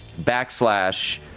backslash